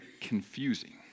confusing